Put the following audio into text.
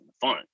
fun